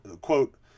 quote